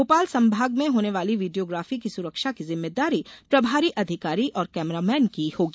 भोपाल संभाग मे होने वाली वीडियोग्राफी की सुरक्षा की जिम्मेदारी प्रभारी अधिकारी और कैमरामेन की होगी